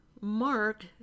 Mark